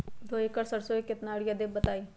दो एकड़ सरसो म केतना यूरिया देब बताई?